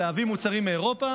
להביא מוצרים מאירופה,